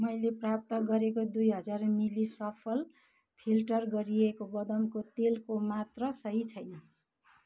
मैले प्राप्त गरेको दुई हजार मिली सफल फिल्टर गरिएको बदामको तेलको मात्रा सही छैन